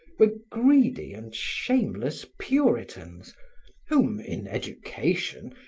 were greedy and shameless puritans whom, in education,